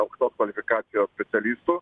aukštos kvalifikacijos specialistų